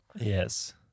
Yes